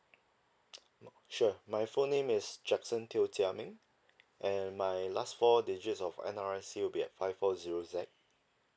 sure my full name is jackson teo jia ming and my last four digits of N_R_I_C will be at five four zero Z